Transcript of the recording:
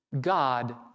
God